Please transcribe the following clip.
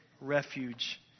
refuge